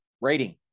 rating